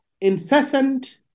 incessant